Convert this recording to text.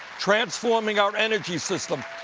transforming our energy system,